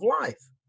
Life